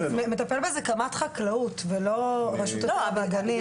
אז מטפל בזה קמ"ט חקלאות ולא רשות הטבע והגנים.